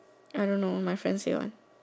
I don't know my friend say one